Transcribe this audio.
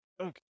Okay